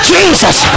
Jesus